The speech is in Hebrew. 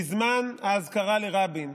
בזמן האזכרה לרבין,